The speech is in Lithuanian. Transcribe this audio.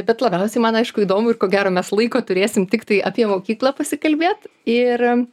bet labiausiai man aišku įdomu ir ko gero mes laiko turėsim tiktai apie mokyklą pasikalbėt ir